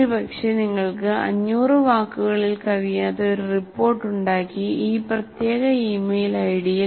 ഒരുപക്ഷേ നിങ്ങൾക്ക് 500 വാക്കുകളിൽ കവിയാത്ത ഒരു റിപ്പോർട്ട് ഉണ്ടാക്കി ഈ പ്രത്യേക ഇമെയിൽ ഐഡിയിൽ story